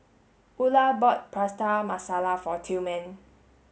Ula bought Prata Masala for Tillman